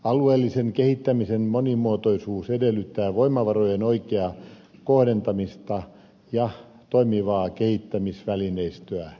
alueellisen kehittämisen monimuotoisuus edellyttää voimavarojen oikeaa kohdentamista ja toimivaa kehittämisvälineistöä